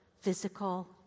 physical